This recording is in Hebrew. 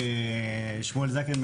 אדייק: שמואל זקן,